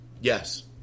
Yes